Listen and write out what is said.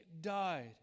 died